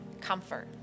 comfort